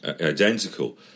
identical